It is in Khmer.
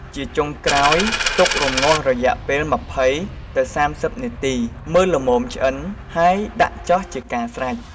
ជាចុងក្រោយ ទុករម្ងាស់រយៈពេល ២០ទៅ៣០ នាទី មើលល្មមឆ្អិន ហើយដាក់ចុះជាការស្រេច។